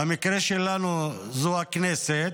ובמקרה שלנו זו הכנסת,